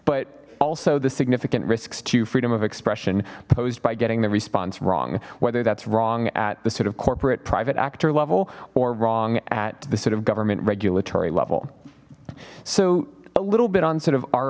but also the significant risks to freedom of expression posed by getting the response wrong whether that's wrong at the sort of corporate private actor level or wrong at the sort of government regulatory level so a little bit on sort of our